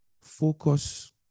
focus